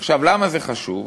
עכשיו, למה זה חשוב?